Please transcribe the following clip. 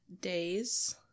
days